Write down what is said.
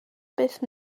beth